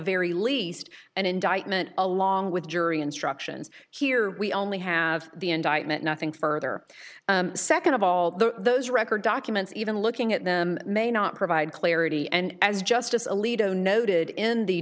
very least an indictment along with jury instructions here we only have the indictment nothing further second of all the those record documents even looking at them may not provide clarity and as justice alito noted in